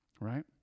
Right